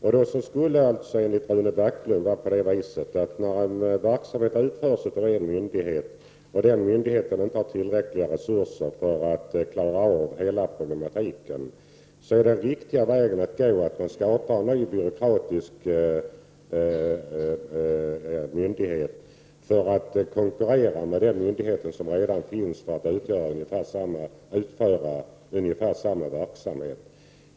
När en myndighet inte har tillräckliga resurser för att klara hela den verksamhet den är satt att sköta, skulle alltså enligt Rune Backlund den riktiga vägen vara att skapa en ny byråkratisk myndighet för att konkurrera med den myndighet som redan finns och utföra ungefär samma verksamhet.